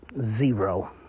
zero